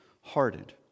hardened